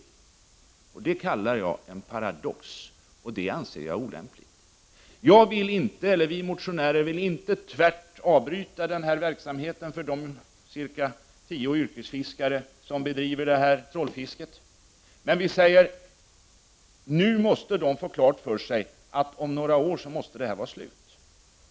Det kallar jag en paradox, och jag anser detta vara olämpligt. Vi motionärer vill inte tvärt avbryta denna verksamhet för de ca tio yrkesfiskare som bedriver detta trålfiske. Men de måste få klart för sig att detta måste ta slut om några år.